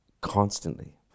constantly